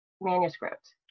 manuscript